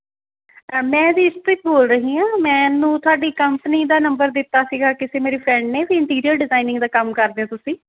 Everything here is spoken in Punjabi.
ਮੈਂ ਜੀ ਇਸ਼ਪ੍ਰੀਤ ਬੋਲ ਰਹੀ ਹਾਂ ਮੈਨੂੰ ਤੁਹਾਡੀ ਕੰਪਨੀ ਦਾ ਨੰਬਰ ਦਿੱਤਾ ਸੀਗਾ ਕਿਸੇ ਮੇਰੀ ਫਰੈਂਡ ਨੇ ਵੀ ਇੰਟੀਰੀਅਰ ਡਿਜਾਇਨਿੰਗ ਦਾ ਕੰਮ ਕਰਦੇ ਹੋ ਤੁਸੀਂ